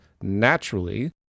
naturally